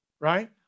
right